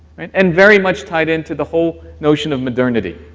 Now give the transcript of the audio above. right? and very much tied into the whole notion of modernity.